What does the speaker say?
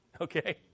Okay